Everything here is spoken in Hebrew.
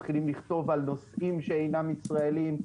מתחילים לכתוב על נושאים שאינם ישראלים.